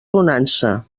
bonança